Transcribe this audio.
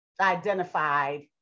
identified